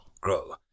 grow